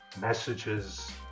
messages